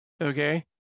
Okay